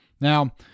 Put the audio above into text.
Now